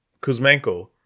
Kuzmenko